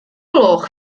gloch